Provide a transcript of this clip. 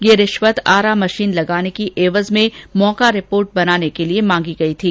यह रिश्वत आरा मशीन लगाने की एवज में मौका रिपोर्ट बनाने के लिए मांगी गई थीं